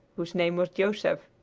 whose name was joseph.